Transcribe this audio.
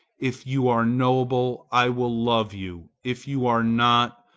if you are noble, i will love you if you are not,